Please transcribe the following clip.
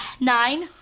nine